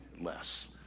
less